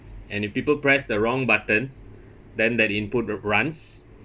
and if people press the wrong button then that input would runs